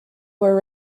were